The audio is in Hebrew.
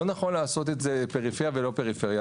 לא נכון לעשות את זה פריפריה ולא פריפריה.